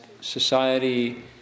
society